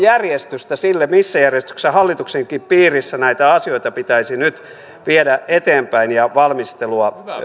järjestystä sille missä järjestyksessä hallituksenkin piirissä näitä asioita pitäisi nyt viedä eteenpäin ja valmistelua